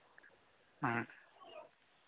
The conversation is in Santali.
ᱦᱮᱸ